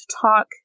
talk